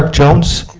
jones.